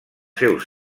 seus